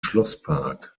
schlosspark